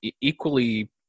equally